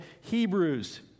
hebrews